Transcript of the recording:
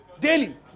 Daily